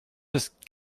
just